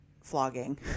flogging